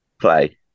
play